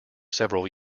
several